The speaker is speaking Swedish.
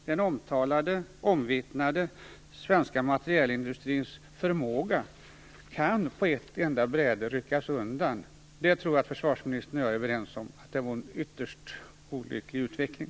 Den svenska materielindustrins omvittnade förmåga kan på ett bräde ryckas undan. Det vore, det tror jag att försvarsministern och jag är överens om, en ytterst olycklig utveckling.